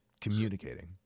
communicating